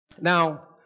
Now